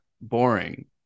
boring